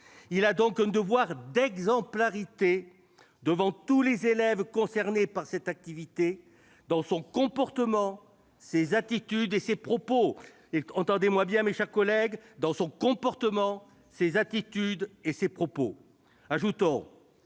Il a donc un devoir d'exemplarité devant tous les élèves concernés par cette activité, dans son comportement, ses attitudes et ses propos. » Mes chers collègues, j'insiste : dans son comportement, ses attitudes et ses propos. Ajoutons